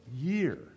year